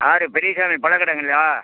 யார் பெரியசாமி பழ கடைங்களா